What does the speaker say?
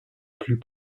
plus